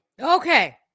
Okay